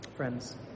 Friends